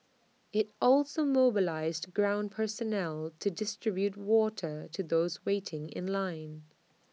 IT also mobilised ground personnel to distribute water to those waiting in line